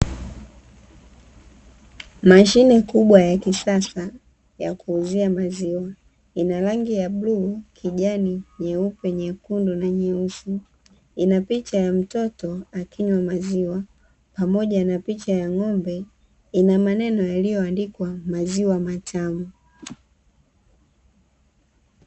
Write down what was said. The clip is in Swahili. Mashine kubwa ya kisasa ya kuuzia maziwa, ina rangi ya bluu, kijani, nyeupe, nyekundu na nyeusi. Ina picha ya mtoto akinywa maziwa pamoja na picha ya ng’ombe, ina maneno yaliyoandikwa "maziwa matamu''.